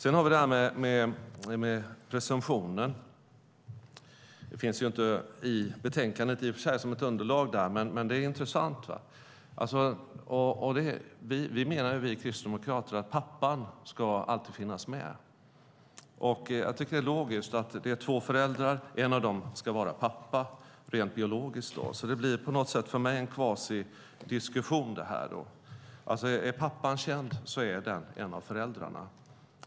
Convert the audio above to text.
Sedan var det frågan om presumtion. Frågan finns i och för sig med som underlag i betänkandet. Vi kristdemokrater menar att pappan alltid ska finnas med. Det är logiskt att det finns två föräldrar, en av dem ska vara pappa rent biologiskt. Det blir för mig en kvasidiskussion. Är pappan känd är han en av föräldrarna.